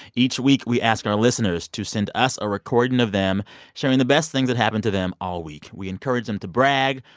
each week, we ask our listeners to send us a recording of them sharing the best thing that happened to them all week. we encourage them to brag.